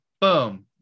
Boom